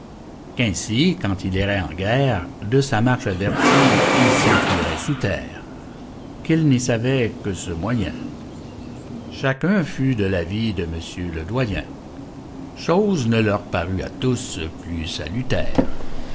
qu'ainsi quand il irait en guerre de sa marche avertis ils s'enfuiraient sous terre qu'il n'y savait que ce moyen chacun fut de l'avis de monsieur le doyen chose ne leur parut à tous plus salutaire